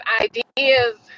ideas